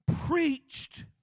preached